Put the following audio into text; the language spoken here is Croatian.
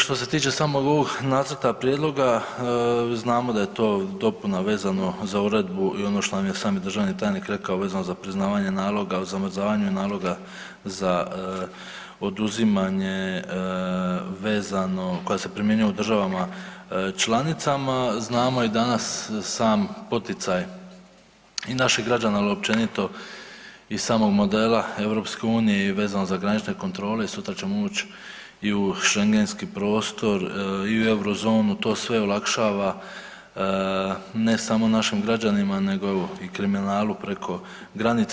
Što se tiče samog ovog nacrta prijedloga, znamo da je to dopuna vezano za uredbu i ono što nam je sami državni tajnik rekao vezano za priznavanje naloga o zamrzavanju i naloga za oduzimanje vezano koja se primjenjuje u državama članicama, znamo i danas sam poticaj i naših građana, ali i općenito i samog modela EU i vezano za granične kontrole i sutra ćemo ući i u schengenski prostor i Eurozonu, to sve olakšava ne samo našim građanima nego i kriminalu preko granica.